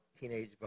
teenage